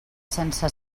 sense